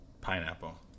pineapple